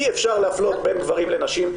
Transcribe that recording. אי אפשר להפלות בין גברים ונשים,